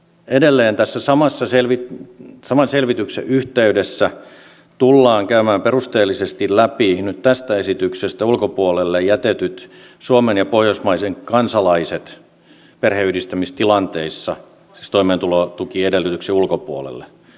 edelleen tämän saman selvityksen yhteydessä tullaan käymään perusteellisesti läpi nyt tästä esityksestä ulkopuolelle jätetyt suomen ja pohjoismaiden kansalaiset perheenyhdistämistilanteissa siis toimeentulotukiedellytyksen ulkopuolelle jätetyt